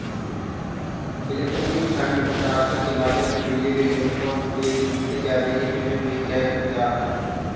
electronic fund transfer के माध्यम से बिजली बिल टेलीफोन बिल इत्यादि के पेमेंट भी कैल जा हइ